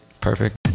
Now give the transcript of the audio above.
Perfect